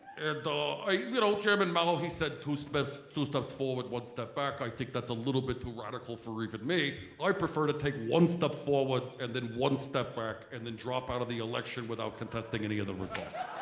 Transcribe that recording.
and you know, chairman mao oh he said two steps two steps forward, one step back. i think that's a little bit too radical for even me. i prefer to take one step forward and then one step back and then drop out of the election without contesting any of the results.